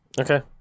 Okay